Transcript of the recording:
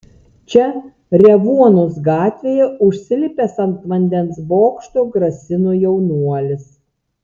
čia revuonos gatvėje užsilipęs ant vandens bokšto grasino jaunuolis